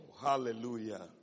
hallelujah